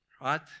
Right